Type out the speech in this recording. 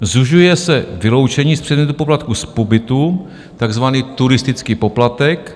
Zužuje se vyloučení z předmětu poplatků z pobytu, takzvaný turistický poplatek.